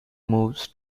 moved